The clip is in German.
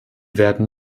werden